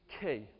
key